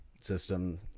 system